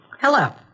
Hello